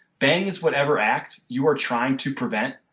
bang is whatever act you are trying to prevent.